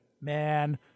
Man